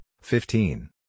fifteen